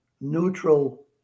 neutral